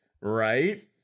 Right